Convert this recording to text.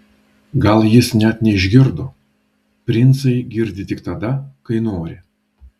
gal jis net neišgirdo princai girdi tik tada kai nori